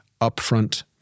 upfront